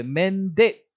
mandate